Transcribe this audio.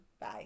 Bye